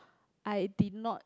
I did not